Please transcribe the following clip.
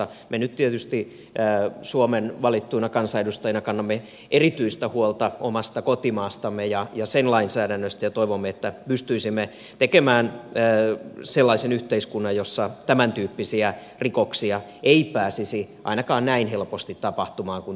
me nyt tietysti suomen valittuina kansanedustajina kannamme erityistä huolta omasta kotimaastamme ja sen lainsäädännöstä ja toivomme että pystyisimme tekemään sellaisen yhteiskunnan jossa tämäntyyppisiä rikoksia ei pääsisi tapahtumaan ainakaan näin helposti kuin tänä päivänä